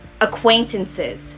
acquaintances